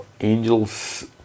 angels